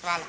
Hvala.